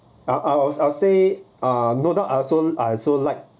I'll I'll I'll say uh no doubt I also I also like